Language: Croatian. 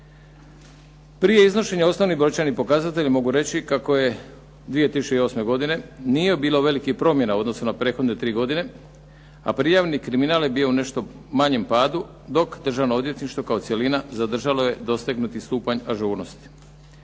Prije iznošenja osnovnih brojčanih pokazatelja mogu reći kako je 2008. godine nije bilo velikih promjena u odnosu na prethodne tri godine, a prijavni kriminal je bio u nešto manjem padu dok državno odvjetništvo kao cjelina zadržalo je dosegnuti stupanj ažurnosti.